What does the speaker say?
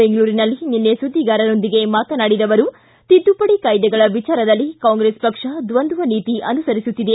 ಬೆಂಗಳೂರಿನಲ್ಲಿ ನಿನ್ನೆ ಸುದ್ದಿಗಾರರೊಂದಿಗೆ ಮಾತನಾಡಿದ ಅವರು ತಿದ್ದುಪಡಿ ಕಾಯ್ದೆಗಳ ವಿಚಾರದಲ್ಲಿ ಕಾಂಗ್ರೆಸ್ ಪಕ್ಷ ದ್ವಂದ್ವ ನೀತಿ ಅನುಸರಿಸುತ್ತಿದೆ